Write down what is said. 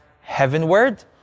heavenward